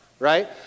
right